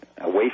away